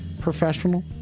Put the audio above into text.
professional